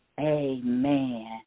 Amen